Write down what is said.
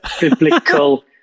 biblical